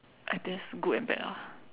I guess good and bad lah